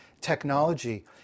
technology